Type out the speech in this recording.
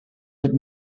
but